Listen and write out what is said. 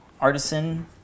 artisan